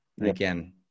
Again